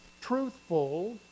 truthful